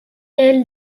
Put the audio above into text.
elle